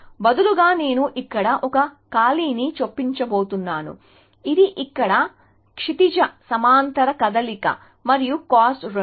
బదులుగా నేను ఇక్కడ ఒక ఖాళీని చొప్పించబోతున్నాను ఇది ఇక్కడ క్షితిజ సమాంతర కదలిక మరియు కాస్ట్ 2